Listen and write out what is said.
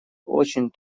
очень